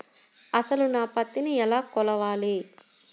అసలు నా పత్తిని ఎలా కొలవాలి?